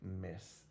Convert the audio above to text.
miss